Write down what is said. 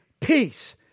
peace